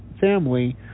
family